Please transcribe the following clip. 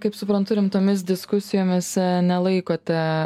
kaip suprantu rimtomis diskusijomis nelaikote